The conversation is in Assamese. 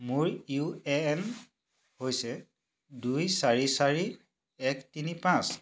মোৰ ইউ এ এন হৈছে দুই চাৰি চাৰি এক তিনি পাঁচ